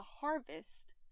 harvest